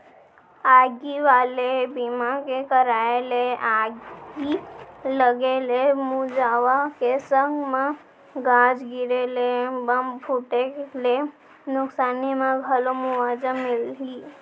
आगी वाले बीमा के कराय ले आगी लगे ले मुवाजा के संग म गाज गिरे ले, बम फूटे ले नुकसानी म घलौ मुवाजा मिलही